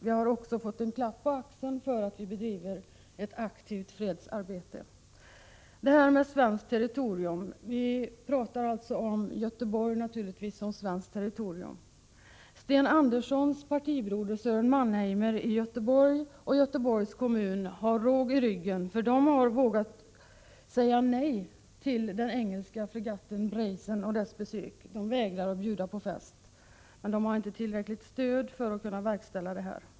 Vi har också fått en klapp på axeln, därför att vi bedriver ett aktivt fredsarbete. Det handlar om svenskt territorium, och vi talar nu naturligtvis om Göteborg som svenskt territorium. Sten Anderssons partibroder i Göteborg Sören Mannheimer och Göteborgs kommun har råg i ryggen, för de har vågat säga nej till den engelska fregatten Brazen och dess besök — de vägrar bjuda på fest. Men de har inte tillräckligt stöd för att kunna verkställa detta.